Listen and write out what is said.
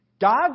God